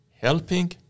helping